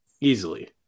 Easily